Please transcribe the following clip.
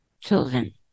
children